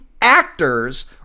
actors